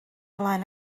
flaen